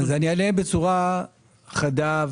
אענה בצורה חדה.